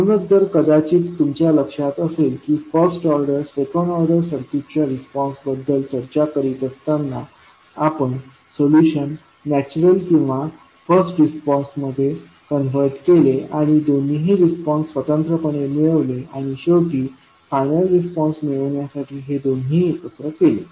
म्हणूनच जर कदाचित तुमच्या लक्षात असेल की फर्स्ट ऑर्डर सेकंड ऑर्डर सर्किटच्या रिस्पॉन्स बद्दल चर्चा करीत असताना आपण सोल्युशन नॅचरल आणि फर्स्ट रिस्पॉन्स मध्ये कन्व्हर्ट केले आणि दोन्हीही रिस्पॉन्स स्वतंत्रपणे मिळवले आणि शेवटी फायनल रिस्पॉन्स मिळवण्यासाठी हे दोन्ही एकत्र केले